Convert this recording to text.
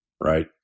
right